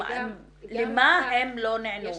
למה הם לא נענו?